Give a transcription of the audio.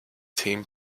team